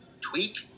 tweak